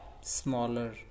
Smaller